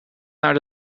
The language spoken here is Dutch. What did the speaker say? naar